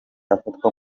afatwa